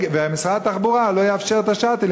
ומשרד התחבורה לא יאפשר את ה"שאטלים",